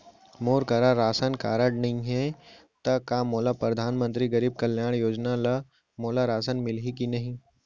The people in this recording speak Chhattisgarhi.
मोर करा राशन कारड नहीं है त का मोल परधानमंतरी गरीब कल्याण योजना ल मोला राशन मिलही कि नहीं?